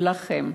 ולכם,